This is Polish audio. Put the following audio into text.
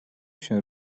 się